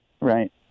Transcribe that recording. right